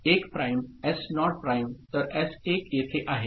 तर S 1 prime S naught prime तर S 1 येथे आहे